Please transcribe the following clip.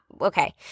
okay